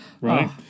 right